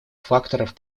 факторов